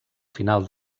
final